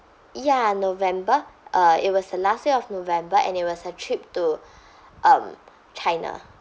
ya november uh it was the last year of november and it was a trip to um china